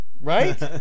Right